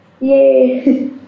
yay